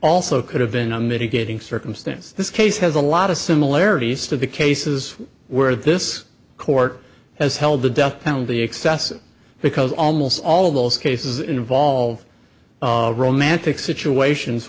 also could have been a mitigating circumstance this case has a lot of similarities to the cases where this court has held the death penalty excessive because almost all of those cases involve romantic situations